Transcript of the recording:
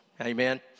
Amen